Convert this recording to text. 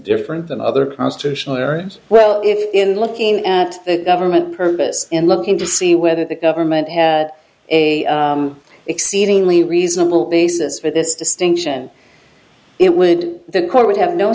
different than other constitutional as well if in looking at the government purpose in looking to see whether the government has a exceedingly reasonable basis for this distinction it would the court would have no